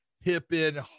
hip-in